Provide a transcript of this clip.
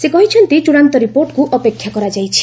ସେ କହିଛନ୍ତି ଚଡ଼ାନ୍ତ ରିପୋର୍ଟକୁ ଅପେକ୍ଷା କରାଯାଇଛି